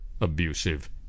abusive